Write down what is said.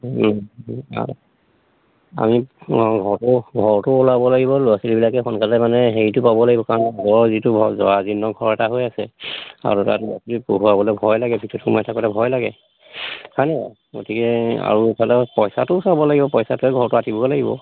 আমি অঁ ঘৰটো ঘৰটোও ওলাব লাগিব ল'ৰা ছোৱালীবিলাকে সোনকালে মানে হেৰিটো পাব লাগিব কাৰণ ঘৰৰ যিটো ঘৰ জৰাজীৰ্ণ ঘৰ এটা হৈ আছে আৰুতো তাত ল'ৰা ছোৱালীক পঢ়ুৱাবলৈ ভয় লাগে ভিতৰত সোমাই থাকোতে ভয় লাগে হয়নে গতিকে আৰু ইফালে পইচাটোও চাব লাগিব পইচাটোৱে ঘৰটো আঁতিব লাগিব